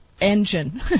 engine